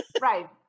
right